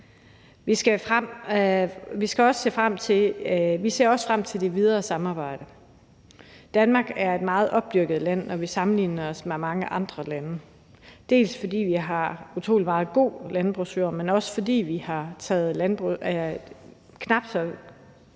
Vi ser også frem til det videre samarbejde. Danmark er et meget opdyrket land, når vi sammenligner os med mange andre lande, dels fordi vi har utrolig meget god landbrugsjord, dels fordi vi har taget knap så